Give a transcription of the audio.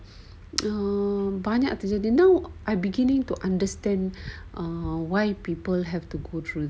um banyak terjadi didn't know I beginning to understand why people have to go through